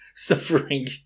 suffering